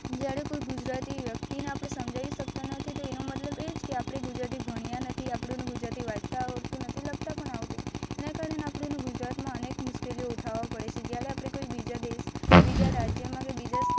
જ્યારે કોઈ ગુજરાતી વ્યક્તિને આપણે સમજાવી શકતા નથી તો તેનો મતલબ એ જ કે આપણે ગુજરાતી ભણ્યા નથી આપણને ગુજરાતી વાંચતાં આવડતું નથી લખતાં પણ આવડતું નથી એના કારણે આપણને ગુજરાતમાં અનેક મુશ્કેલીઓ ઉઠાવવી પડે છે જ્યારે આપણે કોઈ બીજા દેશ બીજા રાજ્યમાં કે બીજા